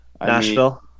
Nashville